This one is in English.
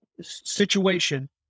situation